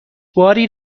باری